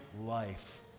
life